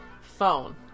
phone